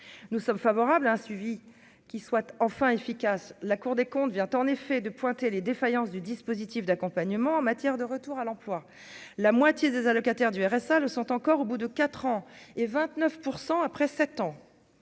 nous sommes favorables à un suivi qui soit enfin efficace, la Cour des comptes vient en effet de pointer les défaillances du dispositif d'accompagnement en matière de retour à l'emploi, la moitié des allocataires du RSA le sont encore, au bout de 4 ans et 29 % après 7 ans,